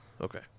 Okay